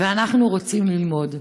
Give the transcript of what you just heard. ואנחנו רוצים ללמוד.